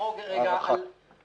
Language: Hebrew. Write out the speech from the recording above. (היו"ר איתן כבל)